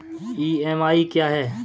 EMI क्या है?